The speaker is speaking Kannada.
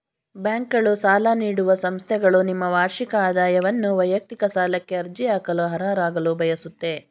ಬ್ಯಾಂಕ್ಗಳು ಸಾಲ ನೀಡುವ ಸಂಸ್ಥೆಗಳು ನಿಮ್ಮ ವಾರ್ಷಿಕ ಆದಾಯವನ್ನು ವೈಯಕ್ತಿಕ ಸಾಲಕ್ಕೆ ಅರ್ಜಿ ಹಾಕಲು ಅರ್ಹರಾಗಲು ಬಯಸುತ್ತೆ